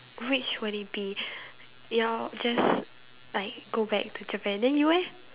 which would it be ya just like go back to Japan then you eh